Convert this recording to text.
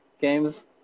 games